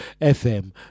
FM